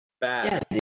bad